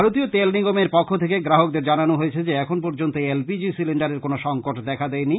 ভারতীয় তেল নিগমের পক্ষ থেকে গ্রাহকদের জানানো হয়েছে যে এখন পর্যন্ত এল পি জি সিলিন্ডারের কোন সংকট দেখা দেয়নি